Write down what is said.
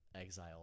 exile